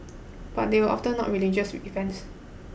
but they were often not religious events